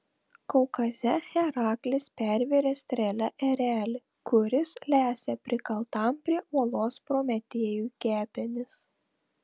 kaukaze heraklis pervėrė strėle erelį kuris lesė prikaltam prie uolos prometėjui kepenis